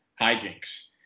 hijinks